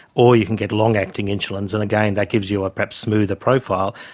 or you can get long acting insulins, and again, that gives you a perhaps smoother profile.